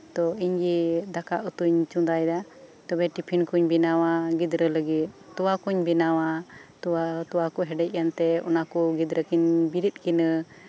ᱛᱳ ᱤᱧᱜᱮ ᱫᱟᱠᱟ ᱩᱛᱩᱧ ᱪᱚᱱᱫᱟᱭᱫᱟ ᱛᱚᱵᱮ ᱴᱤᱯᱷᱤᱱ ᱠᱚᱧ ᱵᱮᱱᱟᱣᱟ ᱜᱤᱫᱽᱨᱟᱹ ᱞᱟᱹᱜᱤᱫ ᱛᱚᱣᱟ ᱠᱚᱧ ᱵᱮᱱᱟᱣᱟ ᱛᱚᱣᱟ ᱠᱚ ᱦᱮᱰᱮᱡ ᱮᱱᱛᱮ ᱚᱱᱟᱠᱚ ᱜᱤᱫᱽᱨᱟᱹ ᱠᱤᱱ ᱵᱮᱨᱮᱫ ᱠᱤᱱᱟᱹ